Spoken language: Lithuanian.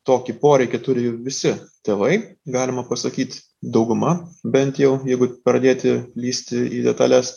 tokį poreikį turi visi tėvai galima pasakyt dauguma bent jau jeigu pradėti lįsti į detales